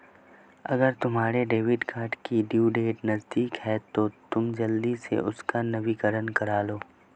अगर तुम्हारे debit card की ड्यू डेट नज़दीक है तो तुम जल्दी से उसका नवीकरण करालो